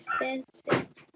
expensive